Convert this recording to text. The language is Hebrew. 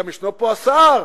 גם ישנו פה שר,